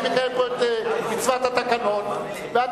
אני מקיים פה את מצוות התקנון ואדוני